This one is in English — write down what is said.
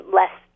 less